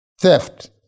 theft